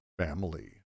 family